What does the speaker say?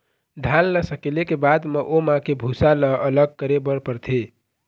धान ल सकेले के बाद म ओमा के भूसा ल अलग करे बर परथे